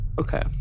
Okay